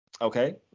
Okay